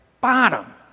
bottom